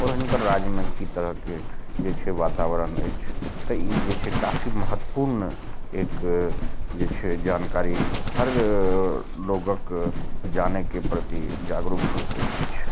आओर हिनकर राज्यमे की तरहके जे छै वातावरण अछि तऽ ई जे छै काफी महतपूर्ण एक जे छै जानकारी हर लोगक जानैके प्रति जागरूक होइके अछि